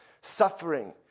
Suffering